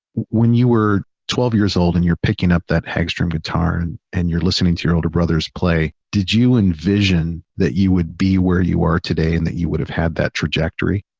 when you were twelve years old and you're picking up that hagstrom guitar and and you're listening to your older brothers play, did you envision that you would be where you are today and that you would have had that trajectory?